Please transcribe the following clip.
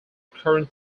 current